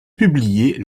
publier